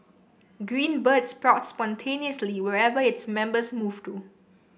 Green Bird sprouts spontaneously wherever its members move to